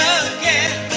again